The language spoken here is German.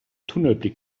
tunnelblick